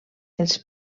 els